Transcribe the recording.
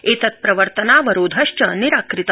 एतत्प्रवर्तनावरोध निराकृत